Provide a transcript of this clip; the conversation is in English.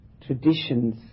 traditions